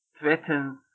threatens